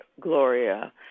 Gloria